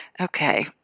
okay